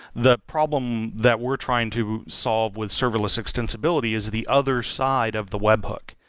the problem that we're trying to solve with serverless extensibility is the other side of the webhook.